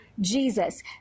Jesus